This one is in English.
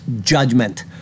judgment